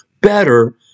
better